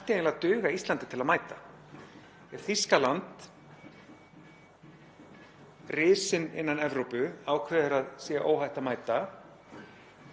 og Noregur, sem í flestum málum er eins og Ísland á alþjóðavísu;